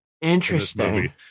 interesting